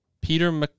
Peter